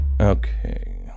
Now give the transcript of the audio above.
Okay